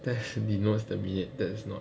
that's at most ten minutes that's not